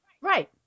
Right